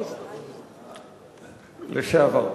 לשעבר.